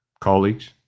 colleagues